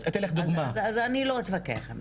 אז אני לא אתווכח.